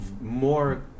more